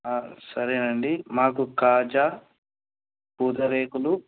సరేనండి మాకు కాజా పూతరేకులు